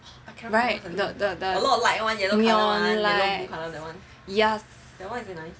right neon light yes